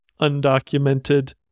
undocumented